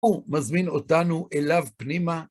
הוא מזמין אותנו אליו פנימה.